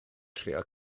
trio